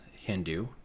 Hindu